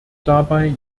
dabei